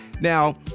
Now